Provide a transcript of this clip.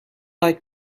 like